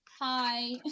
hi